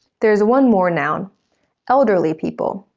there's one more noun elderly people.